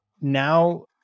now